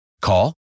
Call